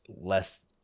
less